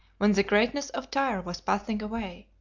when the greatness of tyre was passing away,